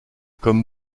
comme